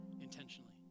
intentionally